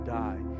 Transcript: die